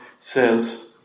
says